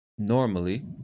normally